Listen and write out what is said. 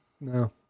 No